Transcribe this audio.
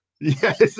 Yes